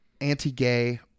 anti-gay